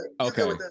Okay